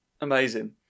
Amazing